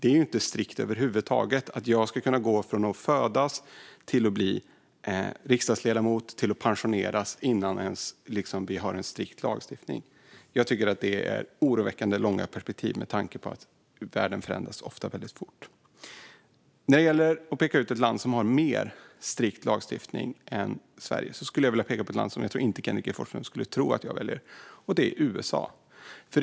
Det är över huvud taget inte strikt att jag kan gå från att födas till att bli riksdagsledamot till att pensioneras innan det ens finns en strikt tillämpning av lagstiftningen. Det är oroväckande långa perspektiv med tanke på att världen ofta förändras mycket fort. När det gäller att peka ut ett land med mer strikt lagstiftning än Sverige skulle jag vilja peka på ett land som jag inte tror Kenneth G Forslund skulle tro att jag skulle välja, nämligen USA.